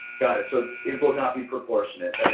got it. so it will not be proportionate,